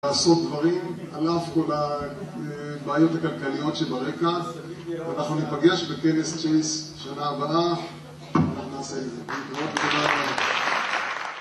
לעשות דברים על אף כל הבעיות הכלכליות שברקע. אנחנו נפגש בכנס צ'ייס שנה הבאה אנחנו נעשה את זה, להתראות ותודה רבה לכם